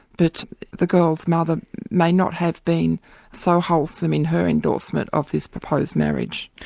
but the girl's mother may not have been so wholesome in her endorsement of this proposed marriage.